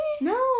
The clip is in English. No